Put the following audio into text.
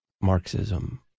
Marxism